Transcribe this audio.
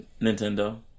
Nintendo